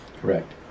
Correct